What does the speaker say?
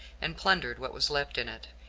and plundered what was left in it.